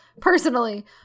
personally